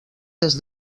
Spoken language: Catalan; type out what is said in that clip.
des